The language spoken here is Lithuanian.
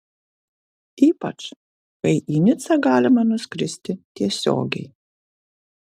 ypač kai į nicą galima nuskristi tiesiogiai